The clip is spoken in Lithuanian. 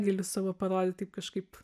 galiu savo parodyti kažkaip